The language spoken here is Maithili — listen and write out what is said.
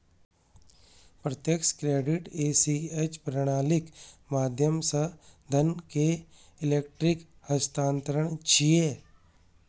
प्रत्यक्ष क्रेडिट ए.सी.एच प्रणालीक माध्यम सं धन के इलेक्ट्रिक हस्तांतरण छियै